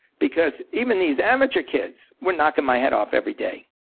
because even these amateur kids were knocking my head off every day.